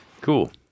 Cool